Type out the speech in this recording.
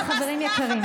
חברות וחברים יקרים,